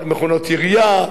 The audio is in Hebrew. מכונות ירייה,